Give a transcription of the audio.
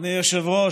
אדוני היושב-ראש,